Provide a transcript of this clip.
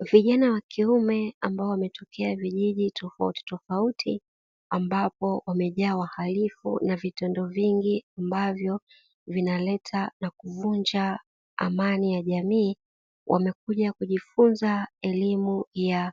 Vijana wa kiume ambao wametokea vijiji tofauti tofauti ambapo wamejaa wahalifu na vitendo vingi ambavyo vinaleta na kuvunja amani ya jamii, wamekuja kujifunza elimu ya